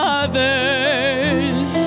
others